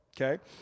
okay